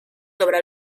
sobre